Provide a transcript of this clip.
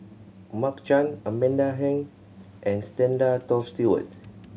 Mark Chan Amanda Heng and Stanley Toft Stewart